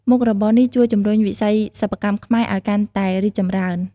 មុខរបរនេះជួយជំរុញវិស័យសិប្បកម្មខ្មែរឲ្យកាន់តែមានរីកចម្រើន។